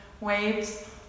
Waves